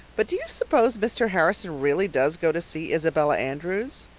but do you suppose mr. harrison really does go to see isabella andrews?